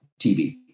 tv